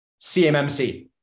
CMMC